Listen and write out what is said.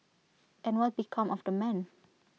and what became of the man